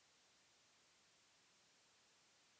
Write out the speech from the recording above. पानी के बिल कैसे जमा होयी?